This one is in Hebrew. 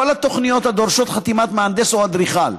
התוכניות הדורשות חתימת מהנדס או אדריכל.